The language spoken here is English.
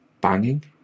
banging